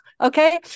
okay